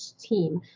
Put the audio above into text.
team